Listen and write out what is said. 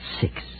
six